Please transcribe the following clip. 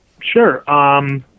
Sure